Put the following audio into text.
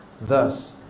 Thus